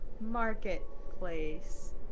marketplace